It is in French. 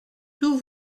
tout